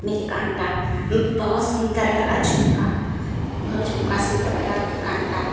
मेरे कान का बहुत सुन्दर लगा झुमका बहुत झुमका सुन्दर लगा कान का